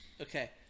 Okay